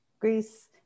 Greece